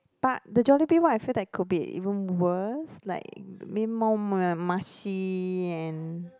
but the Jollibee one I feel that could be even worse like more m~ mushy and